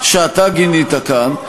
שאתה גינית כאן.